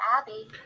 Abby